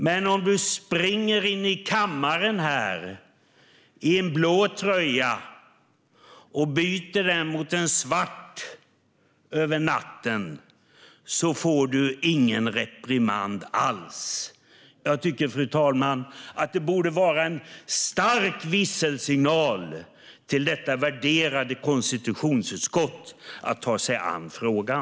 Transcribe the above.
Men om man springer in i kammaren här i en blå tröja och byter den mot en svart över natten får man ingen reprimand alls. Jag tycker att det borde vara en stark visselsignal till detta värderade konstitutionsutskott att ta sig an frågan.